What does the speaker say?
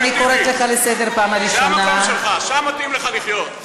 לך לסוריה, אחמד טיבי.